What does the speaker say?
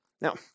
Now